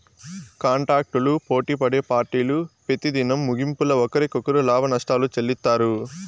కాంటాక్టులు పోటిపడే పార్టీలు పెతిదినం ముగింపుల ఒకరికొకరు లాభనష్టాలు చెల్లిత్తారు